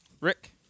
Rick